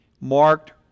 marked